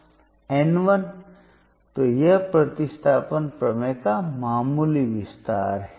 N 1 तो यह प्रतिस्थापन प्रमेय का मामूली विस्तार है